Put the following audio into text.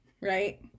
right